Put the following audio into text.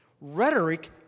Rhetoric